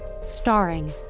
Starring